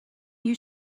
you